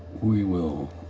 we will